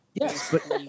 Yes